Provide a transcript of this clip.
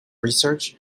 research